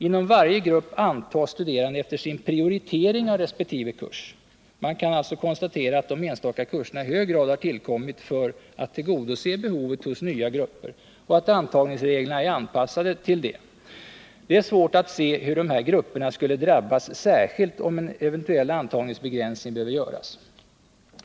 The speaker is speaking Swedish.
Inom varje grupp Man kan alltså konstatera att de enstaka kurserna i hög grad har tillkommit Onsdagen den för att tillgodose behoven hos ”nya grupper” och att antagningsreglerna är 20 december 1978 anpassade till det. Det är svårt att se hur dessa grupper skulle drabbas särskilt om en eventuell antagningsbegränsning behöver göras.